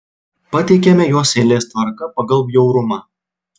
pateikiame juos eilės tvarka pagal bjaurumą